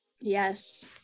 yes